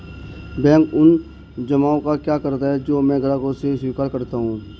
Bank उन जमाव का क्या करता है जो मैं ग्राहकों से स्वीकार करता हूँ?